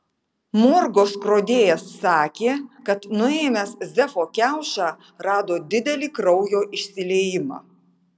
morgo skrodėjas sakė kad nuėmęs zefo kiaušą rado didelį kraujo išsiliejimą